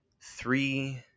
three